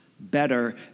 better